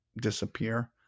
disappear